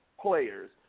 players